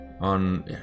on